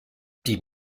die